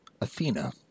Athena